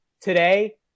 today